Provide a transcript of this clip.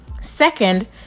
Second